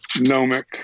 gnomic